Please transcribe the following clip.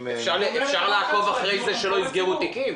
אפשר לעקוב אחרי זה שלא יסגרו תיקים.